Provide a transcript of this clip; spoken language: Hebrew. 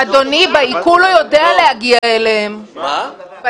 בעיקול הוא יודע להגיע אליהם הביתה.